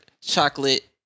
chocolate